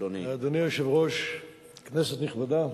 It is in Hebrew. אדוני היושב-ראש, כנסת נכבדה,